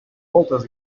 moltes